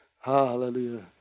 Hallelujah